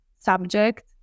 subject